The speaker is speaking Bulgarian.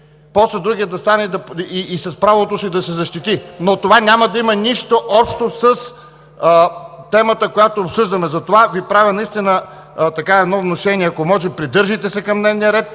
после другият да стане и с правото си да се защити. Но това няма да има нищо общо с темата, която обсъждаме. Затова Ви правя наистина едно внушение – ако може, придържайте се към дневния ред